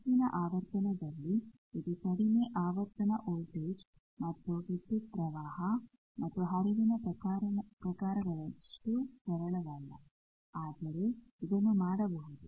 ಹೆಚ್ಚಿನ ಆವರ್ತನದಲ್ಲಿ ಇದು ಕಡಿಮೆ ಆವರ್ತನ ವೋಲ್ಟೇಜ್ ಮತ್ತು ವಿದ್ಯುತ್ ಪ್ರವಾಹ ಮತ್ತು ಹರಿವಿನ ಪ್ರಕಾರದಷ್ಟುಸರಳವಲ್ಲ ಆದರೆ ಇದನ್ನು ಮಾಡಬಹುದು